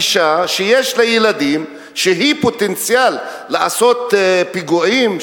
אשה שיש לה ילדים היא פוטנציאל לעשות פיגועים,